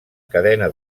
cadena